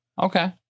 Okay